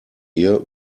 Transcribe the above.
ihr